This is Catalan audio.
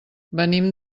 venim